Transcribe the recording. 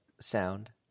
sound